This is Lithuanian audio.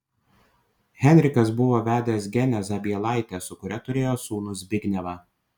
henrikas buvo vedęs genę zabielaitę su kuria turėjo sūnų zbignevą